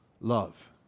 love